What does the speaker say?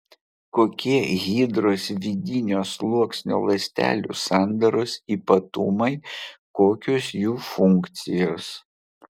kokie hidros vidinio sluoksnio ląstelių sandaros ypatumai kokios jų funkcijos